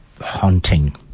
haunting